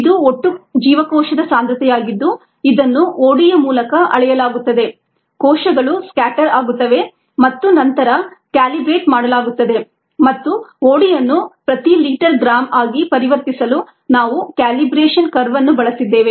ಇದು ಒಟ್ಟು ಜೀವಕೋಶದ ಸಾಂದ್ರತೆಯಾಗಿದ್ದು ಇದನ್ನು ODಯ ಮೂಲಕ ಅಳೆಯಲಾಗುತ್ತದೆ ಕೋಶಗಳು ಸ್ಕ್ಯಾಟರ್ ಆಗುತ್ತವೆ ಮತ್ತು ನಂತರ ಕ್ಯಾಲಿಬ್ರೇಟ್ ಮಾಡಲಾಗುತ್ತದೆ ಮತ್ತು OD ಅನ್ನು ಪ್ರತಿ ಲೀಟರ್ಗೆ ಗ್ರಾಂ ಆಗಿ ಪರಿವರ್ತಿಸಲು ನಾವು ಕ್ಯಾಲಿಬ್ರೆಷನ್ ಕರ್ವ್ ಅನ್ನು ಬಳಸಿದ್ದೇವೆ